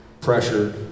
pressured